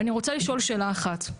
אני רוצה לשאול שאלה אחת,